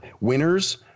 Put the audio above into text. winners